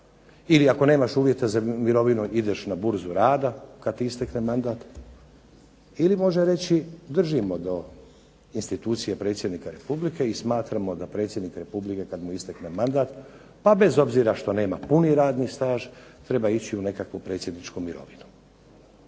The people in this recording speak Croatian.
ili ako nemaš uvjeta za mirovinu ideš na burzu rada kada ti istekne mandat ili može reći držimo do institucije predsjednika Republike i smatramo da predsjednik Republike kada mu istekne mandat, bez obzira što nema puni radni staž, treba ići u nekakvu predsjedničku mirovinu.